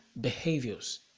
behaviors